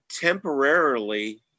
temporarily